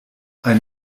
ein